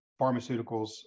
pharmaceuticals